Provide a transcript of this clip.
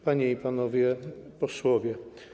Panie i Panowie Posłowie!